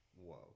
Whoa